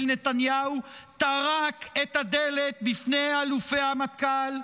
נתניהו טרק את הדלת בפני אלופי המטכ"ל,